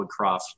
Woodcroft